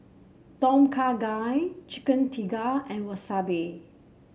Tom Kha Gai Chicken Tikka and Wasabi